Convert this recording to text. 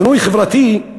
שינוי חברתי?